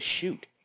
shoot